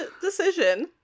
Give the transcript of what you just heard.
decision